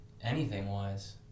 Anything-wise